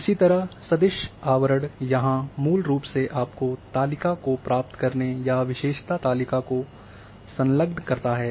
इसी तरह सदिश आवरण यहाँ मूल रूप से आपको तालिका को प्राप्त करने या विशेषता तालिका को संलग्न करता है